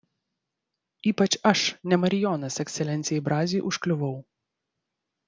ypač aš ne marijonas ekscelencijai braziui užkliuvau